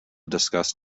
discuss